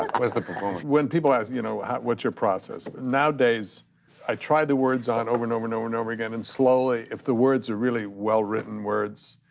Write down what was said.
was the performance. when people ask, you know what's your process? nowadays i try the words on over and over and over and over again and slowly if the words are really well-written words,